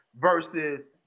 versus